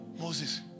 Moses